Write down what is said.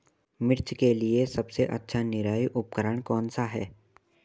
मिर्च के लिए सबसे अच्छा निराई उपकरण कौनसा है?